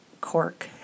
cork